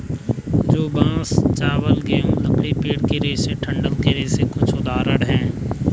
जौ, बांस, चावल, गेहूं, लकड़ी, पेड़ के रेशे डंठल के रेशों के कुछ उदाहरण हैं